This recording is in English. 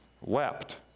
wept